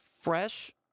fresh